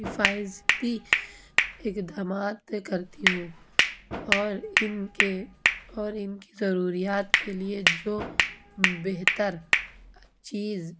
حفاظتی اقدامات کرتی ہوں اور ان کے اور ان کی ضروریات کے لیے جو بہتر چیز